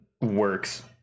works